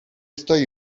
stoi